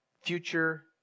future